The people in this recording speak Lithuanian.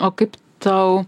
o kaip tau